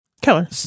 Keller